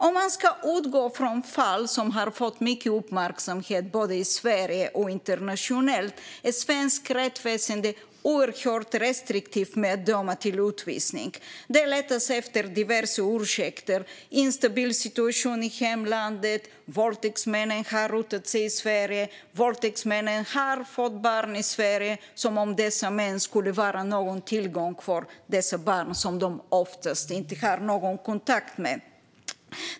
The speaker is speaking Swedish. Om man ska utgå från fall som har fått mycket uppmärksamhet både i Sverige och internationellt är svenskt rättsväsen oerhört restriktivt med att döma till utvisning. Det letas efter diverse ursäkter: instabil situation i hemlandet, våldtäktsmännen har rotat sig i Sverige, våldtäktsmännen har fått barn i Sverige - som om dessa män skulle vara en tillgång för de barn som de oftast inte har någon kontakt med.